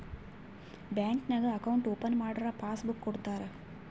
bank ನಾಗ್ account open ಮಾಡುರ್ passbook ಕೊಡ್ತಾರ